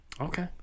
Okay